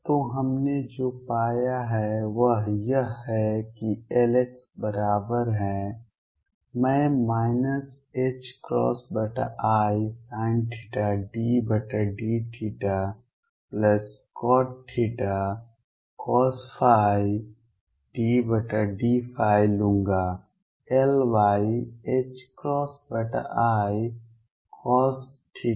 तो हमने जो पाया है वह यह है कि Lx बराबर है मैं isinθ∂θcotθcosϕ∂ϕ लूंगा